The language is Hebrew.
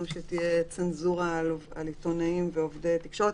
שתהיה צנזורה על עיתונאים ועובדי תקשורת.